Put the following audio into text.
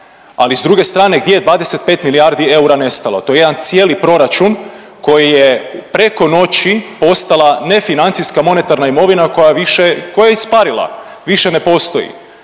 ali s druge strane gdje je 25 milijardi eura nestalo? To je jedan cijeli proračun koji je preko noći postala ne financijska monetarna imovina koja više koja je isparila, više ne postoji.